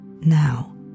now